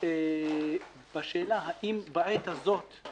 בשאלה האם בעת הזאת,